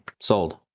sold